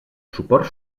suport